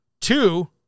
Two